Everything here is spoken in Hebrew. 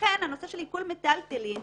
לכן תדברו עם אביטל שהיא שייכת לסיוע המשפטי.